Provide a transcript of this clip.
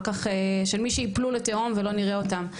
כך של מי שיפלו לתהום ולא נראה אותם,